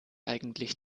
eigentlich